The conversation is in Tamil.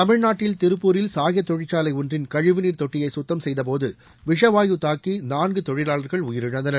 தமிழ்நாட்டில் திருப்பூரில் சாய தொழிற்சாலை ஒன்றின் கழிவுநீர் தொட்டியை குத்தம் செய்தபோது விஷ வாயு தாக்கி நான்கு தொழிலாளர்கள் உயிரிழந்தனர்